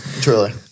Truly